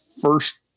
first